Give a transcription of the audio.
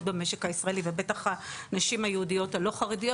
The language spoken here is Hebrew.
במשק הישראלי ובטח הנשים היהודיות הלא חרדיות,